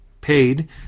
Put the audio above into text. paid